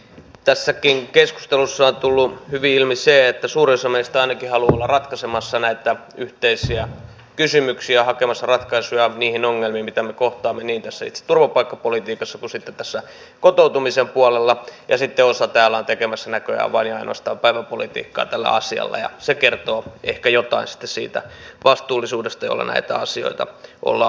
tässäkin keskustelussa on tullut hyvin ilmi se että suurin osa meistä ainakin haluaa olla ratkaisemassa näitä yhteisiä kysymyksiä hakemassa ratkaisuja niihin ongelmiin mitä me kohtaamme niin tässä itse turvapaikkapolitiikassa kuin sitten tässä kotoutumisen puolella ja sitten osa täällä on tekemässä näköjään vain ja ainoastaan päivänpolitiikkaa tällä asialla ja se kertoo ehkä jotain sitten siitä vastuullisuudesta jolla näitä asioita ollaan hoitamassa